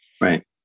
Right